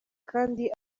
kandi